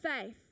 faith